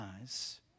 eyes